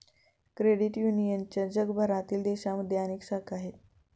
credit युनियनच्या जगभरातील देशांमध्ये अनेक शाखा आहेत